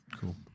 Cool